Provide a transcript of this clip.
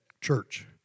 church